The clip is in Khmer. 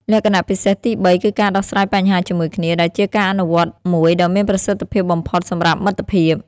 លក្ខណៈពិសេសទីបីគឺការដោះស្រាយបញ្ហាជាមួយគ្នា ដែលជាការអនុវត្តមួយដ៏មានប្រសិទ្ធភាពបំផុតសម្រាប់មិត្តភាព។